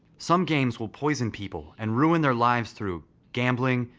some games will poison people and ruin their lives through gambling,